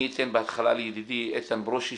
אני אתן בהתחלה לידידי איתן ברושי